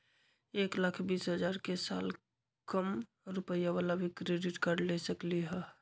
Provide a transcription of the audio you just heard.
एक लाख बीस हजार के साल कम रुपयावाला भी क्रेडिट कार्ड ले सकली ह?